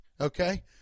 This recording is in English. okay